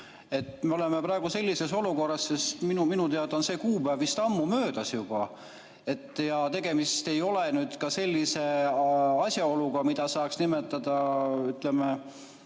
Me oleme praegu sellises olukorras, sest minu teada on see kuupäev ammu möödas juba. Ja tegemist ei ole ka sellise asjaoluga, mida saaks nimetada, ütleme,